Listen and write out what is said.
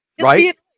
Right